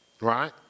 Right